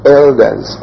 elders